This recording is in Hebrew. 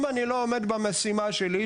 אם אני לא עומד במשימה שלי,